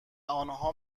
آنها